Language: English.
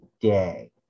day